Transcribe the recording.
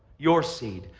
your seed.